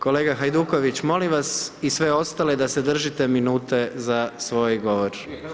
Kolega Hajduković, molim vas i sve ostale da se držite minute za svoj govor.